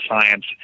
science